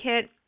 kit